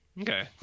okay